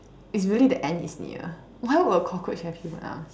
it's really the end is near why would a cockroach have human arms